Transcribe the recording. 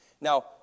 Now